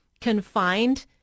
confined